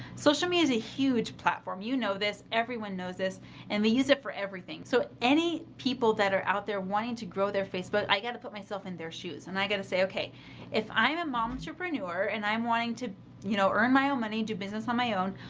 social media is a huge platform. you know this, everyone knows this and they use it for everything so any people that are out there wanting to grow their facebook, i got to put myself in their shoes and i got to say okay if i'm a momtrepreneur and i'm wanting to you know earn my own money do business on my own,